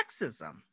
sexism